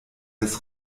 des